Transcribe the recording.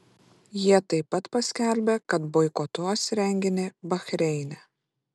jie taip pat paskelbė kad boikotuos renginį bahreine